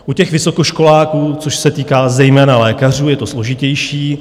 U vysokoškoláků, což se týká zejména lékařů, je to složitější.